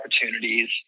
opportunities